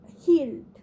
healed